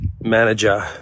manager